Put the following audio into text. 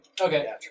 Okay